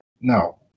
no